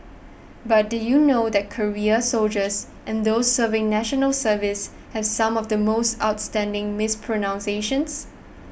but did you know that career soldiers and those serving National Service have some of the most outstanding mispronunciations